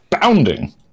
bounding